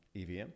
EVM